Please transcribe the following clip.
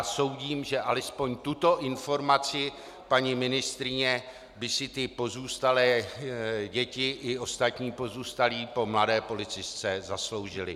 Proto soudím, že alespoň tuto informaci paní ministryně by si ty pozůstalé děti i ostatní pozůstalí po mladé policistce zasloužili.